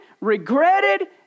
regretted